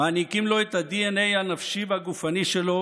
מעניקים לו את הדנ"א הנפשי והגופני שלו